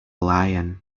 lion